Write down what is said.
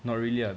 not really ah